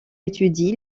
étudie